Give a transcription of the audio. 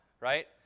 right